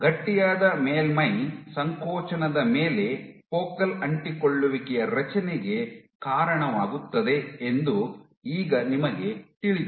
ಗಟ್ಟಿಯಾದ ಮೇಲ್ಮೈ ಸಂಕೋಚನದ ಮೇಲೆ ಫೋಕಲ್ ಅಂಟಿಕೊಳ್ಳುವಿಕೆಯ ರಚನೆಗೆ ಕಾರಣವಾಗುತ್ತದೆ ಎಂದು ಈಗ ನಿಮಗೆ ತಿಳಿದಿದೆ